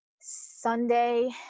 Sunday